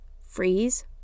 freeze